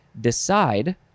Decide